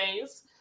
days